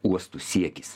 uostų siekis